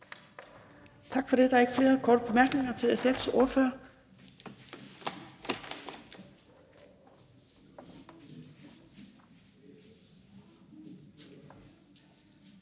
Tak for det. Der er ikke flere korte bemærkninger til SF's ordfører.